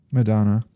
Madonna